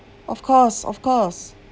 of course of course